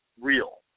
real